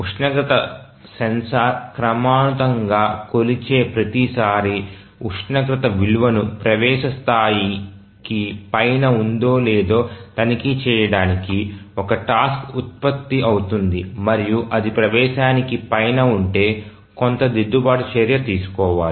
ఉష్ణోగ్రత సెన్సార్ క్రమానుగతంగా కొలిచే ప్రతిసారీ ఉష్ణోగ్రత విలువను ప్రవేశ స్థాయికి పైన ఉందో లేదో తనిఖీ చేయడానికి ఒక టాస్క్ ఉత్పత్తి అవుతుంది మరియు అది ప్రవేశానికి పైన ఉంటే కొంత దిద్దుబాటు చర్య తీసుకోవాలి